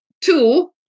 two